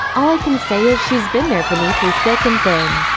all i can say is she's been there for me through thick and thin.